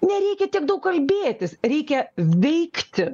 nereikia tiek daug kalbėtis reikia veikti